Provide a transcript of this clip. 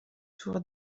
tour